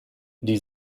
die